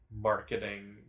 marketing